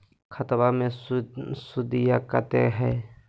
खतबा मे सुदीया कते हय?